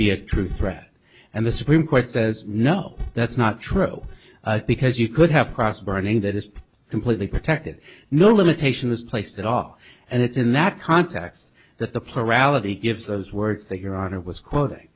be a true threat and the supreme court says no that's not true because you could have cross burning that is completely protected no limitation is placed at all and it's in that context that the plurality gives those words that your honor was quoting